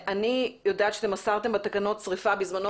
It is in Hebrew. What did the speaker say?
אני יודעת שאתם אסרתם בתקנות שריפה בזמנו